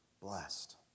blessed